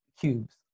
Cubes